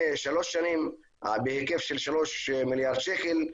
שלוש שנים בהיקף של שלושה מיליארד שקל,